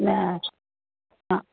न हा हा